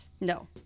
no